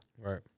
Right